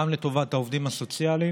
גם לטובת העובדים הסוציאליים